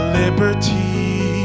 liberty